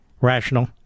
rational